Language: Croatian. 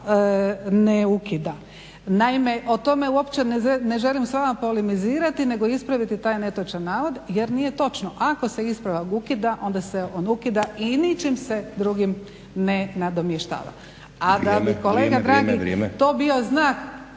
ne ukida. Naime, o tome uopće ne želim s vama polemizirati nego ispraviti taj netočan navod jer nije točno, ako se ispravak ukida onda se on ukida i ničim se drugim ne nadomještava. **Stazić, Nenad